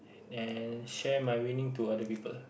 then share my winning to other people